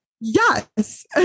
yes